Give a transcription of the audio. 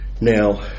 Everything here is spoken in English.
Now